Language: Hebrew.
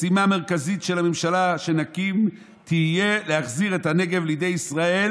משימה מרכזית של הממשלה שנקים תהיה להחזיר את הנגב לידי ישראל